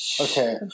Okay